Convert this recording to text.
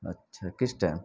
اچھا کس ٹائم